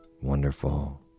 wonderful